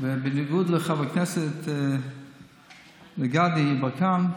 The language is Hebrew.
בניגוד לחבר הכנסת גדי יברקן,